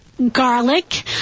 garlic